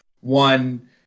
one